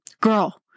Girl